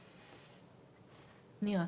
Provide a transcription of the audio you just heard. נירה,